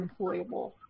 employable